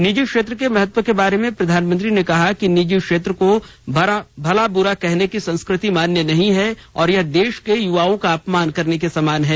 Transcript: निजी क्षेत्र के महत्व के बारे में प्रधानमंत्री ने कहा कि निजी क्षेत्र को बुरा भला कहने की संस्कृति मान्य नहीं है और यह देश के युवाओं का अपमान करने के समान है